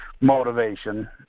motivation